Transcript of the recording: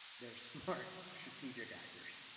they are smart strategic actors.